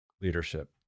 leadership